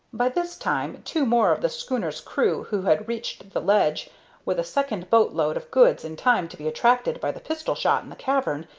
by this time two more of the schooner's crew, who had reached the ledge with a second boat-load of goods in time to be attracted by the pistol-shot in the cavern,